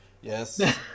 Yes